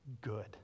good